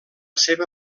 seva